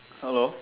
hello